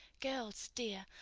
girls, dear,